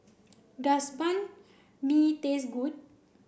does Banh Mi taste good